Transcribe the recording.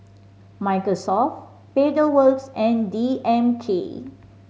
Microsoft Pedal Works and D M K